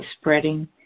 spreading